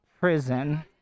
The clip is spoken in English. prison